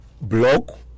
block